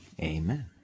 Amen